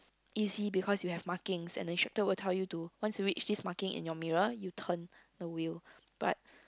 easy because you have markings and the instructor will tell you to once you reach this marking in your mirror you turn the wheel but